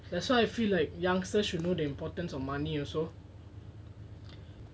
that's why I feel like youngsters should know the importance of money also